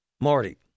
Marty